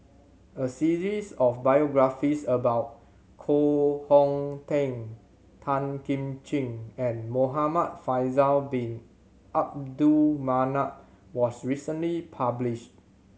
a series of biographies about Koh Hong Teng Tan Kim Ching and Muhamad Faisal Bin Abdul Manap was recently published